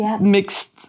mixed